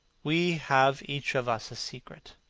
we have each of us a secret.